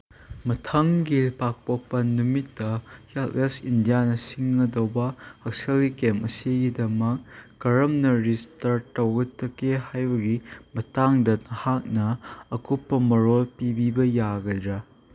ꯃꯊꯪꯒꯤ ꯂꯩꯄꯥꯛꯄꯣꯛꯞ ꯅꯨꯃꯤꯠꯇ ꯍꯦꯜꯞꯑꯦꯁ ꯏꯟꯗꯤꯌꯥꯅ ꯁꯤꯟꯒꯗꯧꯕ ꯍꯛꯁꯦꯜꯒꯤ ꯀꯦꯝꯞ ꯑꯁꯤꯒꯤꯗꯃꯛ ꯀꯔꯝꯅ ꯔꯤꯁꯇꯔ ꯇꯧꯒꯗꯒꯦ ꯍꯥꯏꯕꯒꯤ ꯃꯇꯥꯡꯗ ꯅꯍꯥꯛꯅ ꯑꯀꯨꯞꯄ ꯃꯔꯣꯜ ꯄꯤꯕꯤꯕ ꯌꯥꯒꯗ꯭ꯔꯥ